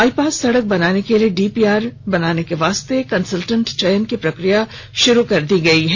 bypass सड़क बनाने के लिए डीपीआर बनाने के लिए कंसलटेंट चयन की प्रक्रिया शुरू कर दी है